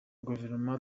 guverinoma